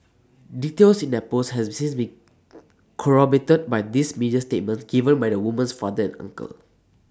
details in that post has since been corroborated by these media statements given by the woman's father and uncle